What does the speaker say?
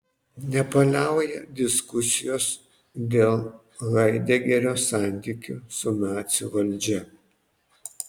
nepaliauja diskusijos dėl haidegerio santykių su nacių valdžia